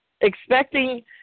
expecting